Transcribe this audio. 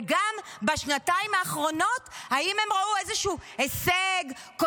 וגם אם הם ראו מהשר אמסלם איזשהו הישג בשנתיים האחרונות,